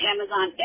Amazon